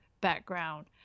background